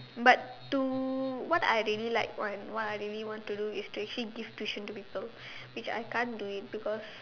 but to what I really like want what I really want to do is to actually give tuition to people which I can't do it because